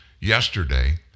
yesterday